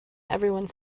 everyone